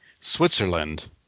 Switzerland